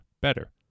better